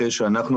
אחרי שאנחנו,